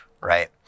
right